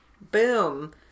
Boom